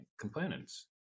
components